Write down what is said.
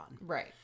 Right